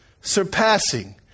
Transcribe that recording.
surpassing